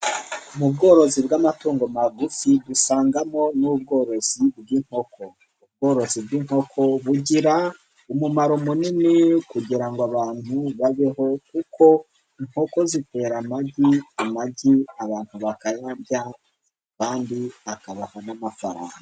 Mu bworozi bw'amatungo magufi usangamo n'ubworozi bw'inkoko, ubworozi bw'inkoko bugira umumaro munini kugira ngo abantu babeho kuko inkoko zitera amagi, amagi abantu bakayarya abandi akabaha n'amafaranga.